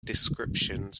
descriptions